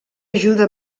ajuda